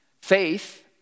Faith